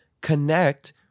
connect